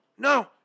No